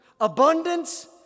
abundance